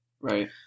Right